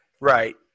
Right